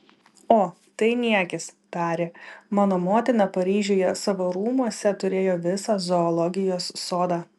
o tai niekis tarė mano motina paryžiuje savo rūmuose turėjo visą zoologijos sodą